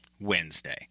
Wednesday